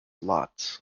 lots